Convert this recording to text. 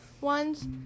ones